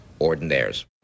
ordinaires